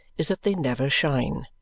is that they never shine.